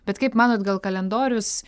bet kaip manot gal kalendorius